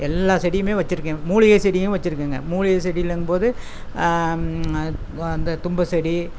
எல்லா செடியுமே வச்சிருக்கேன் மூலிகை செடியும் வச்சியிருக்கங்க மூலிகை செடியிலங்கும் போது அந்த தும்பை செடி